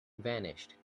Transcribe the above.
vanished